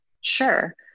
Sure